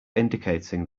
indicating